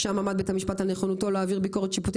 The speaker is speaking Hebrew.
שם עמד בית המשפט נכונותו להעביר ביקורת שיפוטית